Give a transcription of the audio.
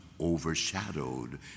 overshadowed